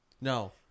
No